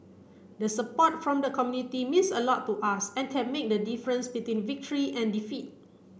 the support from the community means a lot to us and can make the difference between victory and defeat